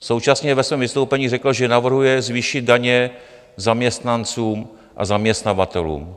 Současně ve svém vystoupení řekl, že navrhuje zvýšit daně zaměstnancům a zaměstnavatelům.